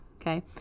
okay